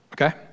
okay